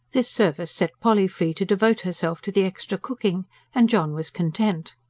this service set polly free to devote herself to the extra cooking and john was content.